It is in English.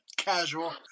Casual